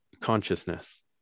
consciousness